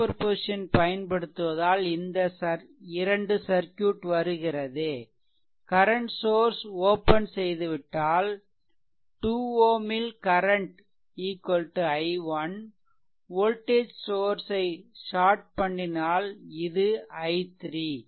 superposition பயன்படுத்துவதால் இந்த இரண்டு சர்க்யூட் வருகிறது கரன்ட் சோர்ஸ் ஓப்பன் செய்துவிட்டால் 2 Ω ல் கரன்ட் i1 வோல்டேஜ் சோர்ஸ் ஐ ஷார்ட் பண்ணினால் இது i3